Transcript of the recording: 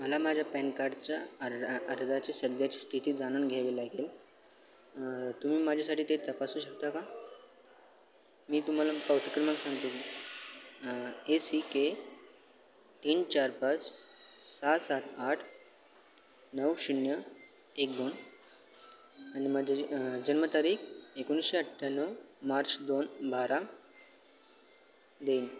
मला माझ्या पॅन काडच्या अर् अर्जाची सध्याची स्थिती जाणून घ्यावी लागेल तुम्ही माझ्यासाठी ते तपासू शकता का मी तुम्हाला पावती क्रमांक सांगतो ए सी के तीन चार पाच सहा सात आठ नऊ शून्य एक दोन आणि माझे जन्मतारीख एकोणीसशे अठ्ठ्याण्णव मार्च दोन बारा देईन